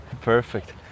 Perfect